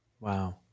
Wow